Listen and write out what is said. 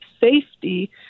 safety